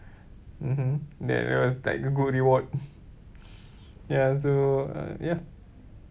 mmhmm that it was like a good reward ya so uh ya